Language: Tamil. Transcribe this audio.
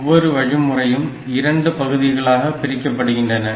ஒவ்வொரு வழிமுறையும் இரண்டு பகுதிகளாக பிரிக்கப்படுகின்றன